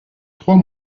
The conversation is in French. trois